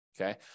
Okay